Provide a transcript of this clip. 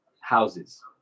houses